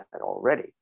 already